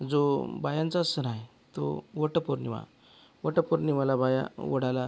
जो बायांचाच सण आहे तो वटपौर्णिमा वटपौर्णिमाला बाया वडाला